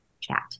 chat